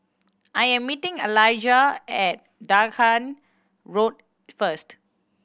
I am meeting Alijah at Dahan Road first